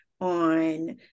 on